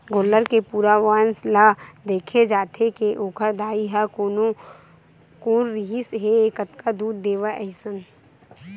गोल्लर के पूरा वंस ल देखे जाथे के ओखर दाई ह कोन रिहिसए कतका दूद देवय अइसन